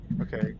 Okay